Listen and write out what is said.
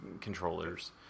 controllers